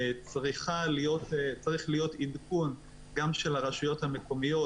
שצריך להיות עדכון גם של הרשויות המקומיות,